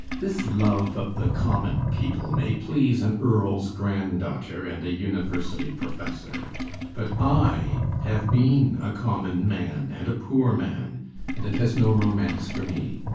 this love of the common people may please an earl's granddaughter and a university professor but i have been a common man and a poor man and it has no romance for me.